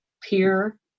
peer